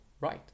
right